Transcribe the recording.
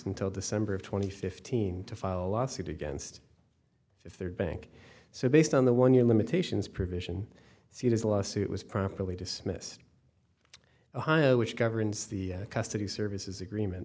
until december of twenty fifteen to file a lawsuit against if their bank so based on the one year limitations provision seeders lawsuit was properly dismissed ohio which governs the custody services agreement